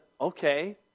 okay